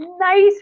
nice